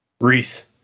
Reese